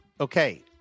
Okay